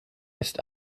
ist